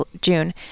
june